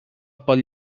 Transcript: pel